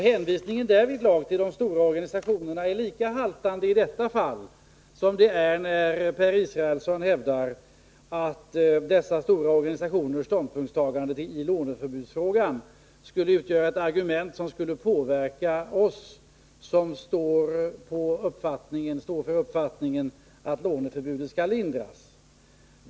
Hänvisningen i detta fall till de stora organisationerna är lika haltande som när Per Israelsson hävdar att dessa stora organisationers ståndpunktstagande i låneförbudsfrågan är ett argument som borde påverka oss som står för uppfattningen att låneförbudet skall lindras.